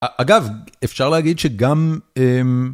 אגב, אפשר להגיד שגם...